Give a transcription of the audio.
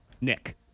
Nick